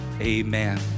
amen